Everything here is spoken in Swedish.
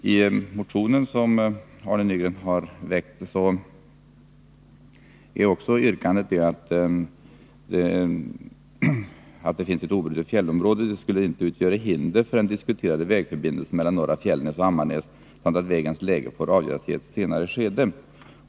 I den motion som Arne Nygren har väckt finns ett yrkande om att ett obrutet fjällområde inte skall utgöra hinder för den diskuterade vägförbindelsen mellan Norra Fjällnäs och Ammarnäs samt att vägens läge får avgöras i ett senare skede.